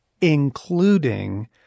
including